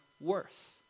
worse